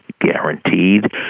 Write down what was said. guaranteed